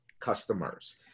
customers